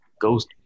Ghost